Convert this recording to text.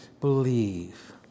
believe